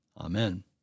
Amen